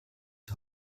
die